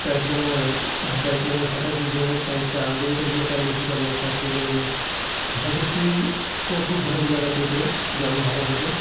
काही ठिकाणी काही काही वेळा सकाळपासून जेवत नाहीत काही अंघोळ करूनच काही गोष्टी करायला लागतात पूजा वगैरे ते ह्या गोष्टी ला खूप भर दिला जातो इकडे ग्रामीण भागामध्ये